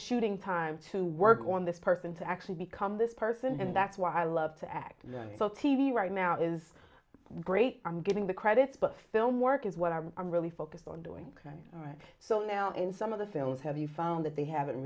shooting time to work on this person to actually become this person and that's why i love to act so t v right now is great i'm getting the credits but film work is what i'm really focused on doing all right so now in some of the films have you found that they haven't